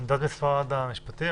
מה עמדת משרד המשפטים?